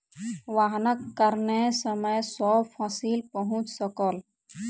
वाहनक कारणेँ समय सॅ फसिल पहुँच सकल